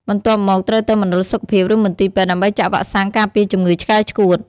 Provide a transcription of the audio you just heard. បន្ទាប់មក ត្រូវទៅមណ្ឌលសុខភាព ឬមន្ទីរពេទ្យ ដើម្បីចាក់វ៉ាក់សាំងការពារជំងឺឆ្កែឆ្កួត។